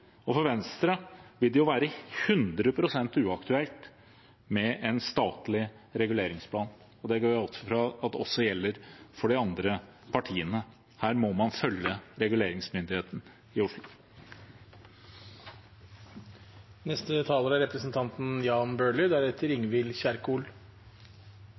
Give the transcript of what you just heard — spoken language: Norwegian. og for Venstre, vil det være 100 pst. uaktuelt med en statlig reguleringsplan. Det går jeg ut fra også gjelder for de andre partiene. Her må man følge reguleringsmyndigheten i Oslo.